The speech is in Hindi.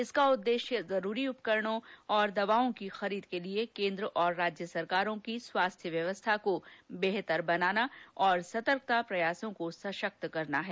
इसका उद्देश्य जरूरी उपकरणों और दवाओं की खरीद के लिए केन्द्र और राज्य सरकारों की स्वास्थ्य व्यवस्था को बेहतर बनाना और सतर्कता प्रयासों को सशक्त करना है